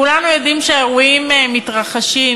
כולנו יודעים שהאירועים מתרחשים.